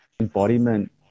embodiment